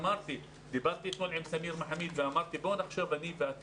דברתי עם סמיר מחמיד ואמרתי שנחשוב הוא ואני